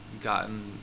gotten